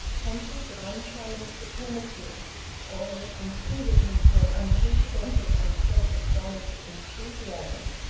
conscious of unchallenged supremacy all this enfevered him to an unprecedented and self-astonished enthusiasm.